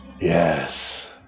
Yes